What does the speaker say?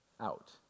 out